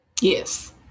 Yes